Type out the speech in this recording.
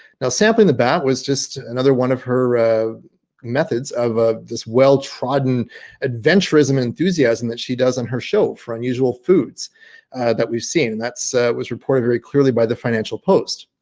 now sampling the bat was just another one of her methods of of this well-trodden adventurism, enthusiasm that she does on her show for unusual foods that we've seen that's was reported very clearly by the financial post,